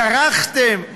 כרכתם,